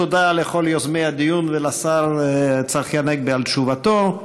תודה לכל יוזמי הדיון ולשר צחי הנגבי על תשובתו.